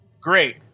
Great